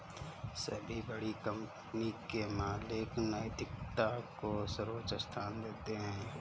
सभी बड़ी कंपनी के मालिक नैतिकता को सर्वोच्च स्थान देते हैं